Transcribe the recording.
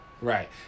Right